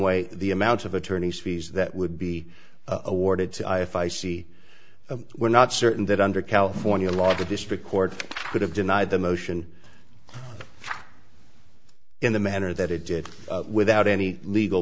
way the amount of attorney's fees that would be awarded to i if i see we're not certain that under california law the district court could have denied the motion in the manner that it did without any legal